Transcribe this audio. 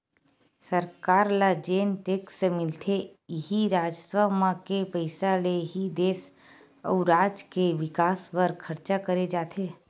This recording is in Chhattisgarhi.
सरकार ल जेन टेक्स मिलथे इही राजस्व म के पइसा ले ही देस अउ राज के बिकास बर खरचा करे जाथे